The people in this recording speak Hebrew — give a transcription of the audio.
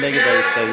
מי נגד ההסתייגות?